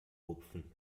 rupfen